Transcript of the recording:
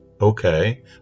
Okay